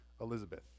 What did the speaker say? Elizabeth